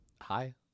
hi